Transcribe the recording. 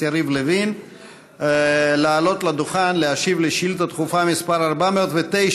יריב לוין לעלות לדוכן להשיב על שאילתה דחופה מס' 409,